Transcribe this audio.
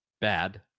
bad